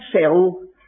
cell